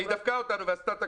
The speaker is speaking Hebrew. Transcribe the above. אבל היא דפקה אותנו ועשתה תקנות,